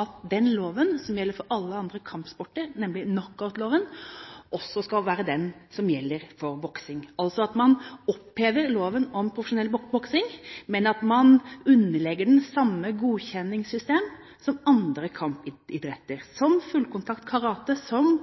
at den loven som gjelder for all annen kampsport, nemlig knockoutloven, også skal være den som gjelder for boksing. Man opphever altså loven om profesjonell boksing og underlegger den det samme godkjenningssystemet som andre kampidretter, som fullkontakt karate, som